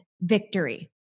victory